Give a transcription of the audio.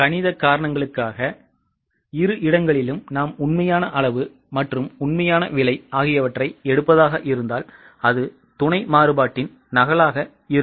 கணித காரணங்களுக்காக இரு இடங்களிலும் நாம் உண்மையான அளவு மற்றும் உண்மையான விலை ஆகியவற்றை எடுப்பதாக இருந்தால் அது துணை மாறுபாட்டின் நகலாக இருக்கும்